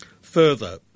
Further